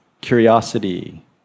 curiosity